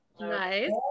Nice